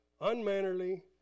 unmannerly